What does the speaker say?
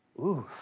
ooh.